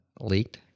leaked